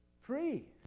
Free